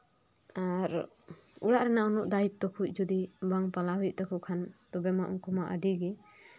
ᱟᱨ ᱚᱲᱟᱜ ᱨᱮᱭᱟᱜ ᱩᱱᱟᱹᱜ ᱫᱟᱭᱤᱛᱛᱚ ᱠᱚ ᱡᱩᱫᱤ ᱵᱟᱝ ᱯᱟᱞᱟᱣ ᱦᱩᱭᱩᱜ ᱛᱟᱠᱚ ᱠᱷᱟᱱ ᱛᱚᱵᱮ ᱢᱟ ᱩᱱᱠᱩ ᱢᱟ ᱟᱹᱰᱤ ᱜᱮ